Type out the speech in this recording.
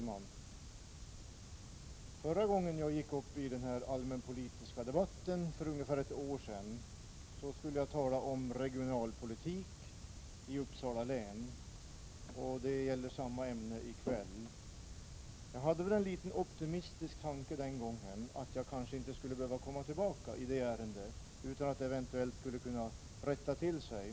Herr talman! I den allmänpolitiska debatten för ett år sedan talade jag om regionalpolitik i Uppsala län. Ämnet är detsamma i kväll. Jag hade väl en liten optimistisk tanke den gången, att jag kanske inte skulle behöva komma tillbaka i det ärendet utan att det skulle rätta till sig.